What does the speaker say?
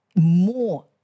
more